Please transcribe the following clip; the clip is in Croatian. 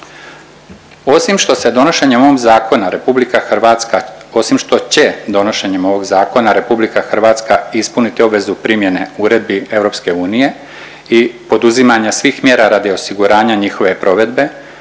osim što će donošenjem ovog zakona RH ispuniti obvezu primjene uredbi EU i poduzimanja svih mjera radi osiguranja njihove provedbe